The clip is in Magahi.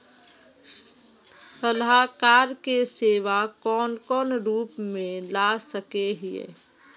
सलाहकार के सेवा कौन कौन रूप में ला सके हिये?